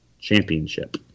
Championship